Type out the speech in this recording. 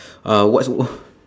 uh what's w~